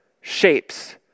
shapes